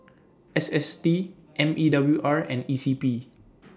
S S T M E W R and E C P